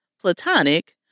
Platonic